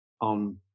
on